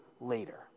later